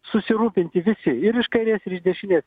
susirūpinti visi ir iš kairės ir iš dešinės